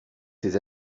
ses